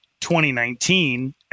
2019